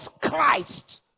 christ